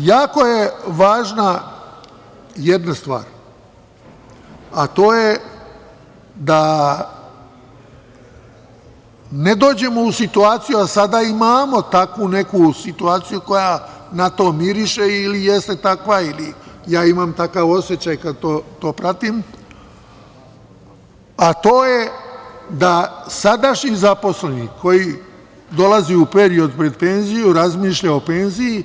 Jako je važna jedna stvar, a to je da ne dođemo u situaciju, a sada imamo takvu neku situaciju koja na to miriše ili jeste takva ili ja imam takav osećaj kada to pratim, a to je da sadašnji zaposleni koji dolazi u period pred penziju, razmišlja o penziji,